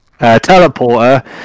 teleporter